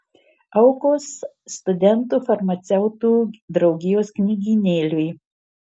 aukos studentų farmaceutų draugijos knygynėliui